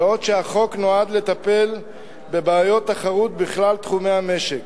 ואילו החוק נועד לטפל בבעיות תחרות בכלל תחומי המשק.